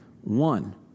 One